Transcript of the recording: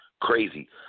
crazy